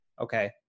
Okay